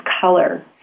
color